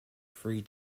free